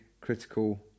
critical